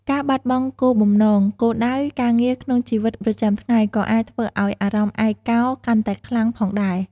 ការបាត់បង់គោលបំណង គោលដៅ ការងារក្នុងជីវិតប្រចាំថ្ងៃក៏អាចធ្វើឱ្យអារម្មណ៍ឯកោកាន់តែខ្លាំងផងដែរ។